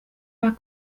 war